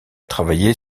travaillé